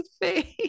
face